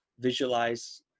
visualize